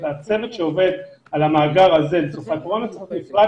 הצוות שעובד על המאגר הזה צריך להיות מופרד